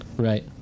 right